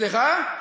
סליחה?